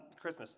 Christmas